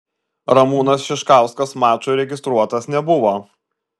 ramūnas šiškauskas mačui registruotas nebuvo